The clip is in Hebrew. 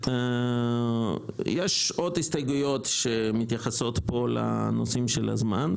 יש עוד הסתייגויות שמתייחסות פה לנושאים של הזמן,